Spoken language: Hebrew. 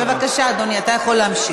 בבקשה, אדוני, אתה יכול להמשיך.